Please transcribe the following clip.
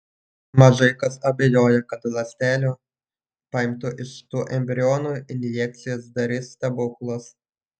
mažai kas abejoja kad ląstelių paimtų iš tų embrionų injekcijos darys stebuklus